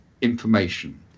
information